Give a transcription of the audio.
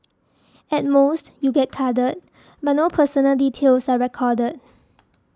at most you get carded but no personal details are recorded